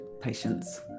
patients